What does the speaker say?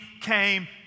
came